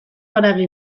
haragi